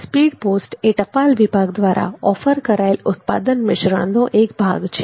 speed post એ ટપાલ વિભાગ દ્વારા ઓફર કરાયેલા ઉત્પાદન મિશ્રણનો એક ભાગ છે